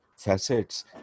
facets